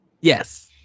Yes